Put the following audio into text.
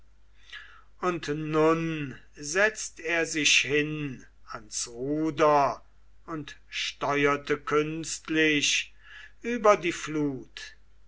und nun setzt er sich hin ans ruder und steuerte künstlich über die flut